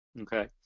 okay